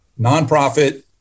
nonprofit